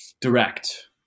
direct